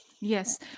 yes